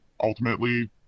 ultimately